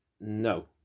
No